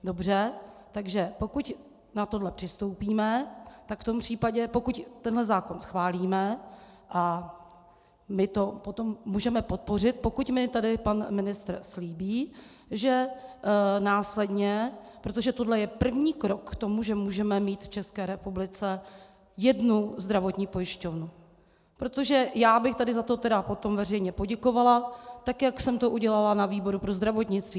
Dobře, takže pokud na tohle přistoupíme, tak v tom případě, tak pokud tenhle zákon schválíme, a my to potom můžeme podpořit, pokud mi tady pan ministr slíbí, že následně protože tohle je první krok k tomu, že můžeme mít v České republice jednu zdravotní pojišťovnu, protože já bych tady za to tady potom veřejně poděkovala, jak jsem to udělala ve výboru pro zdravotnictví.